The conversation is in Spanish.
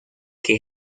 que